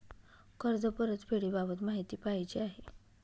कर्ज परतफेडीबाबत माहिती पाहिजे आहे